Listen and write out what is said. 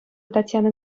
татьяна